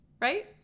right